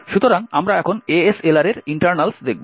সুতরাং আমরা এখন ASLR এর ইন্টারনাল দেখব